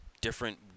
different